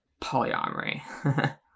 polyamory